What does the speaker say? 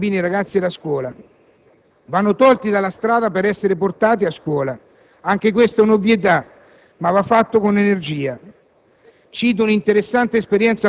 terzo elemento riguarda i bambini, i ragazzi e la scuola. Essi vanno tolti dalla strada per essere portati a scuola. Anche questa è un'ovvietà, ma ciò va fatto con energia.